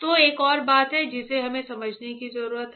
तो एक और बात है जिसे हमें समझने की जरूरत है